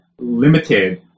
limited